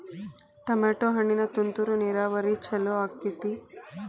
Tomato ಹಣ್ಣಿಗೆ ತುಂತುರು ನೇರಾವರಿ ಛಲೋ ಆಕ್ಕೆತಿ?